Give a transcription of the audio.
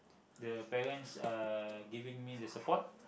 the parents uh giving me the support